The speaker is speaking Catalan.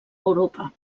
europa